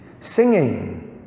singing